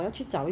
对